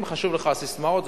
אם חשוב לך הססמאות,